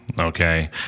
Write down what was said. okay